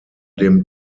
dem